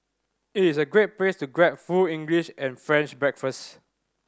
it is a great place to grab full English and French breakfast